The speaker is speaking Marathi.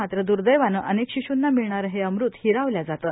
मात्र द्र्दैवाने अनेक शिशूना मिळणारं हे अमृत हिरावल्या जाते